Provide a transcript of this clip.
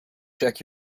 check